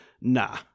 nah